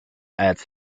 adds